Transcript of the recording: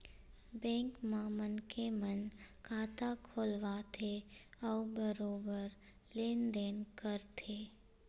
bank म मनखे मन खाता खोलवाथे अउ बरोबर लेन देन करथे